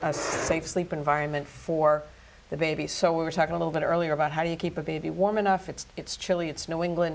a safe sleep environment for the baby so we're talking a little bit earlier about how do you keep a baby warm enough it's it's chilly it's no england